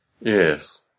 yes